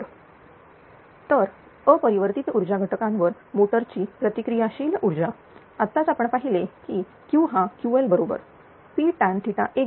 69kW तर अपरिवर्तीत ऊर्जा घटकांवर मोटरची प्रतिक्रिया शील ऊर्जा आत्ताच आपण पाहिले की QहाQl बरोबर Ptan1बरोबर आहे